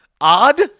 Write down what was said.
Odd